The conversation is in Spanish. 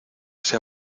sea